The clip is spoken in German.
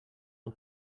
und